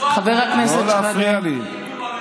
חבר הכנסת שחאדה, לא להפריע לי.